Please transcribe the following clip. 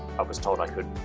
i was told i could.